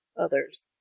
others